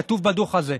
כתוב בדוח הזה,